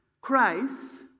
Christ